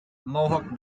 mohawk